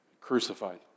crucified